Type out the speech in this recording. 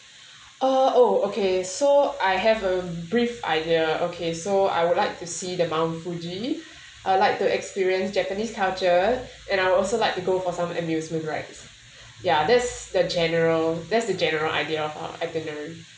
uh oh okay so I have a brief idea okay so I would like to see the mount fuji uh I'd like to experience japanese culture and I would also like to go for some amusement rides ya that's the general that's the general idea of our itinerary